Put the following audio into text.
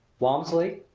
walmsley,